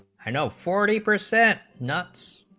i no forty percent knots